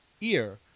ear